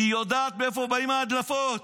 היא יודעת מאיפה באות ההדלפות.